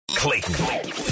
Clayton